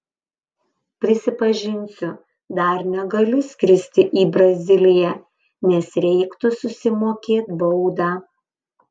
prisipažinsiu dar negaliu skristi į braziliją nes reiktų susimokėt baudą